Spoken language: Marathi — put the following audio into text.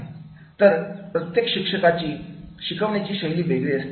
तर प्रत्येक शिक्षकाची शिकवण्याची वेगळी शैली असते